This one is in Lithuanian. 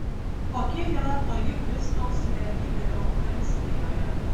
kokia yra toji kristaus realybė eucharistijoje